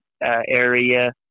area